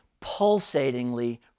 pulsatingly